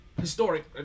Historic